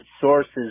sources